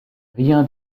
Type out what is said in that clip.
rien